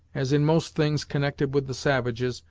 as in most things connected with the savages,